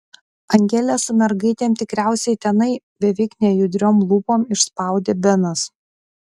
angelė su mergaitėm tikriausiai tenai beveik nejudriom lūpom išspaudė benas